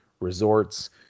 resorts